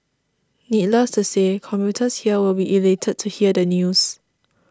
needless to say commuters here will be elated to hear the news